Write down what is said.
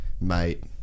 mate